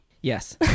Yes